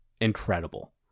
incredible